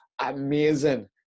amazing